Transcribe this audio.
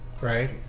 right